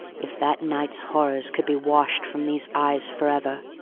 if that night's horrors could be washed from these eyes for ever.